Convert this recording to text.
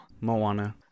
moana